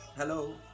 hello